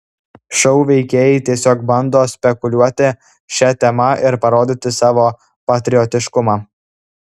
šou veikėjai tiesiog bando spekuliuoti šia tema ir parodyti savo patriotiškumą